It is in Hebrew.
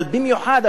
אבל במיוחד,